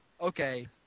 Okay